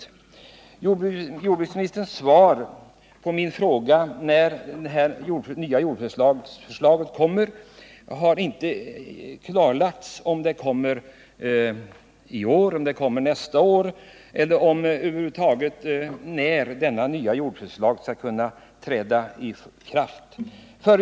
I jordbruksministerns svar på min fråga när förslaget till ny jordförvärvslag kommer har inte klarlagts om det blir i år, nästa år eller om två år.